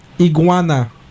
Iguana